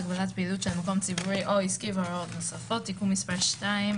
(הגבלת פעילות של מקום ציבורי או עסקי והוראות נוספות)(תיקון מס' 2),